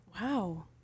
wow